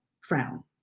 frown